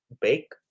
bake